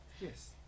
Yes